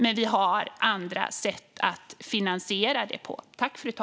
Men vi har andra sätt att finansiera detta på.